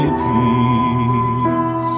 peace